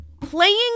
playing